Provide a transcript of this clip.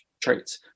traits